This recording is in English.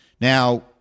Now